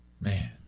Man